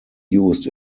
used